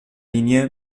linie